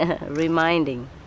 reminding